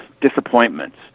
disappointments